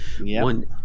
one